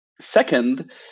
Second